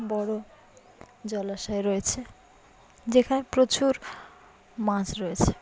বড়ো জলাশয় রয়েছে যেখানে প্রচুর মাছ রয়েছে